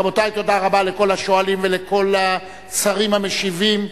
רבותי, תודה לכל השואלים ולכל השרים המשיבים.